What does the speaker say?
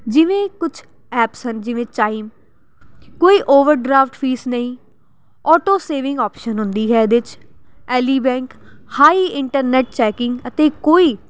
ਜਿਵੇਂ ਕੁਛ ਐਪਸ ਹਨ ਜਿਵੇਂ ਚਾਈਮ ਕੋਈ ਓਵਰਡਰਾਫਟ ਫੀਸ ਨਹੀਂ ਆਟੋਸੇਵਿੰਗ ਆਪਸ਼ਨ ਹੁੰਦੀ ਹੈ ਇਹਦੇ 'ਚ Ally bank high internet checking ਅਤੇ ਕੋਈ